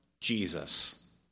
Jesus